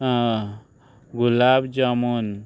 gulab jamun